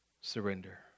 surrender